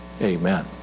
Amen